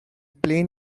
plain